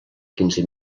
quinze